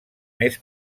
més